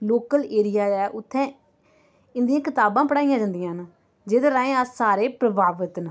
local area ऐ उत्थै इंदियां कताबां पढ़ाइयां जंदियां न जेह्दे राहें अस सारे प्रभावत न